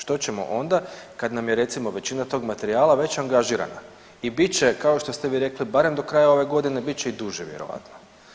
Što ćemo onda kad nam je recimo, većina tog materijala već angažirana i bit će, kao što ste vi rekli, barem do kraja ove godine, bit će i duže vjerovatno.